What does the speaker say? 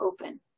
open